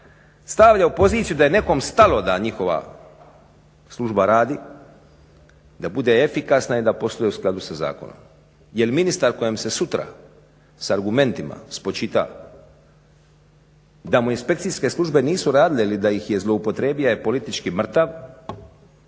stavlja u poziciju da je nekom stalo da njihova služba radi, da bude efikasna i da posluje u skladu sa zakonom. Jer ministar kojem se sutra sa argumentima spočita da mu inspekcijske službe nisu radile ili da ih je zloupotrijebio je politički mrtav